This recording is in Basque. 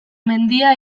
mendia